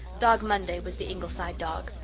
dog monday was the ingleside dog,